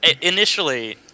Initially